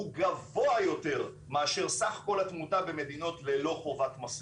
הוא גבוה יותר מאשר סך כל התמותה במדינות ללא חובת מסיכות,